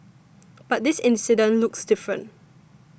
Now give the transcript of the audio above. but this incident looks different